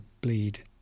bleed